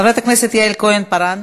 חברת הכנסת יעל כהן-פארן,